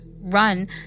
run